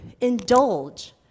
indulge